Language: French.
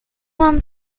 vingt